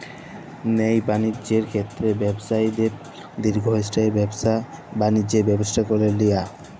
ল্যায় বালিজ্যের ক্ষেত্রে ব্যবছায়ীদের দীর্ঘস্থায়ী ব্যাবছা বালিজ্যের ব্যবস্থা ক্যরে লিয়া